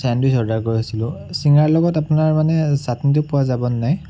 sandwich order কৰিছিলোঁ চিঙৰাৰ লগত আপোনাৰ মানে ছাট্নিটো পোৱা যাবনে নাই